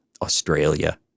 Australia